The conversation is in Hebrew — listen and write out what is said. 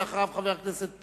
ואחריו, חבר הכנסת פינס.